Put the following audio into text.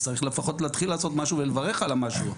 אז צריך לפחות להתחיל לעשות משהו ולברך על המשהו.